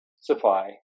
supply